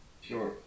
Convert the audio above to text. Sure